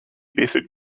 basic